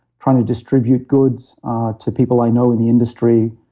trying to distribute goods to people i know in the industry,